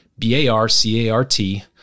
B-A-R-C-A-R-T